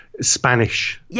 Spanish